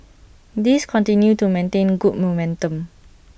these continue to maintain good momentum